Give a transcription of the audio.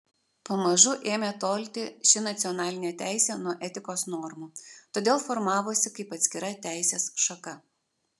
pamažu ėmė tolti ši nacionalinė teisė nuo etikos normų todėl formavosi kaip atskira teisės šaka